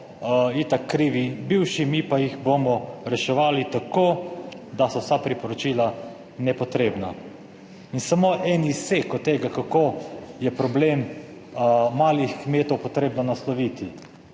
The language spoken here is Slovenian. itak krivi bivši, mi pa jih bomo reševali tako, da so vsa priporočila nepotrebna in samo en izsek od tega, kako je problem malih kmetov potrebno nasloviti.